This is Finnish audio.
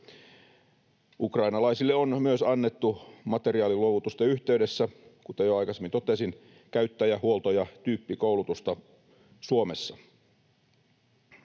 Ukrainalaisille on myös annettu materiaaliluovutusten yhteydessä, kuten jo aikaisemmin totesin, käyttö-, huolto- ja tyyppikoulutusta Suomessa.